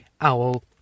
owl